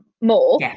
more